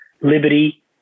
liberty